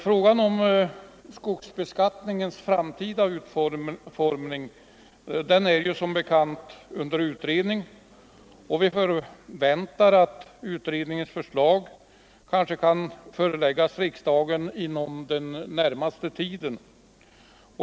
Frågan om skogsbeskattningens framtida utformning är som bekant under utredning, och vi förväntar att utredningens förslag kan föreläggas riksdagen inom den närmaste tiden.